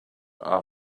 are